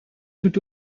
tout